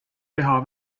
teha